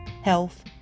health